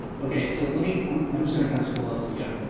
okay, so let me. um i'm just gonna kind of scroll up as we go.